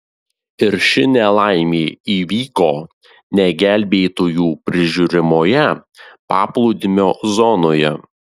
ir ši nelaimė įvyko ne gelbėtojų prižiūrimoje paplūdimio zonoje